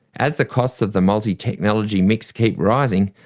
as the costs of the multi-technology mix keep rising,